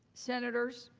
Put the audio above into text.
senators,